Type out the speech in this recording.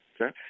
okay